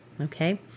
okay